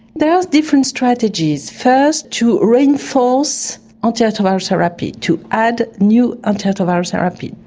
there are different strategies. first to reinforce antiretrovirus therapy, to add new antiretrovirus therapy,